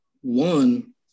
one